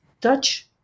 Dutch